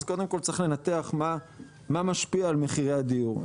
אז קודם כל צריך לנתח מה משפיע על מחירי הדיור.